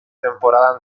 temporada